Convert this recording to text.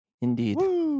Indeed